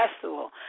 Festival